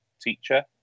teacher